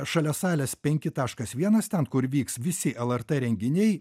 šalia salės penki taškas vienas ten kur vyks visi lrt renginiai